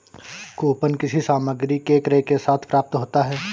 coupon किसी सामग्री के क्रय के साथ प्राप्त होता है